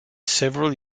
several